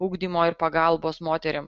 ugdymo ir pagalbos moterim